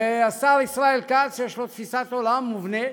והשר ישראל כץ יש לו תפיסת עולם מובנית,